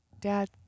dad